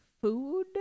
food